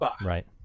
right